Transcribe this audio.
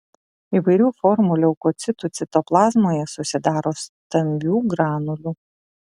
įvairių formų leukocitų citoplazmoje susidaro stambių granulių